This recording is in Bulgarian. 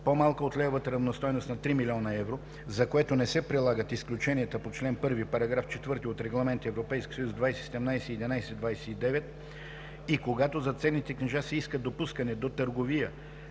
по-малка от левовата равностойност на 3 000 000 евро, за което не се прилагат изключенията по чл. 1, параграф 4 от Регламент (ЕС) 2017/1129, и когато за ценните книжа се иска допускане до търговия